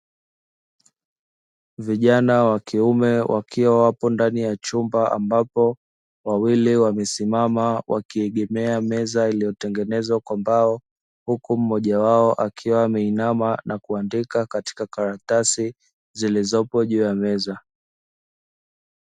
Vijana wakiume wakiwa wapo ndani ya chumba ambapo wawili wamesimama wakiegemea meza, iliyotengenezwa kwa mbao huku mmoja wao akiwa ameinama na kuandika katika karatasi zilizopo juu ya meza.